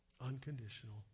Unconditional